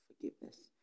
forgiveness